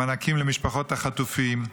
המענקים למשפחות החטופים,